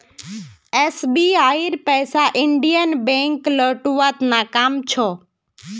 एसबीआईर पैसा Indian bank लौटव्वात नाकामयाब छ